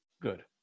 Good